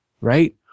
right